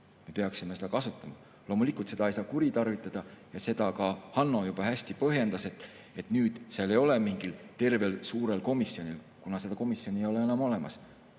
me peaksime neid kasutama. Loomulikult, seda ei saa kuritarvitada ja seda ka Hanno juba hästi põhjendas, et nüüd ei ole mingil suurel komisjonil, kuna seda komisjoni ei ole enam olemas,